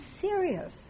serious